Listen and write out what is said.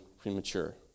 premature